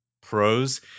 Pros